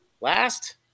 Last